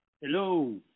Hello